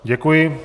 Děkuji.